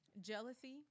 jealousy